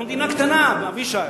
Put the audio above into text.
אנחנו מדינה קטנה, אבישי.